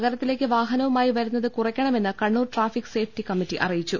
നഗരത്തിലേക്ക് വാഹനവുമായി വരുന്നത് കുറയ്ക്കണമെന്ന് കണ്ണൂർ ട്രാഫിക്ക് സേഫ്റ്റി കമ്മിറ്റി അറി യിച്ചു